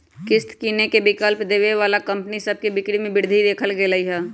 किस्त किनेके विकल्प देबऐ बला कंपनि सभ के बिक्री में वृद्धि देखल गेल हइ